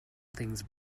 things